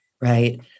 Right